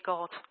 God